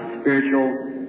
spiritual